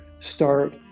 start